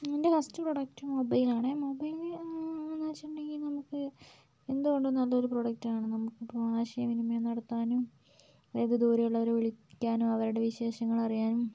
എൻ്റെ first product മൊബൈലാണ് mobile എന്നുവെച്ചിട്ടുണ്ടെങ്കിൽ നമുക്ക് എന്തുകൊണ്ടും നല്ലൊരു പ്രൊഡക്ടാണ് നമുക്കിപ്പോൾ ആശയവിനിമയം നടത്താനും അതായത് ദൂരെയുള്ളവരെ വിളിക്കാനും അവരുടെ വിശേഷങ്ങൾ അറിയാനും